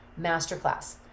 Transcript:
masterclass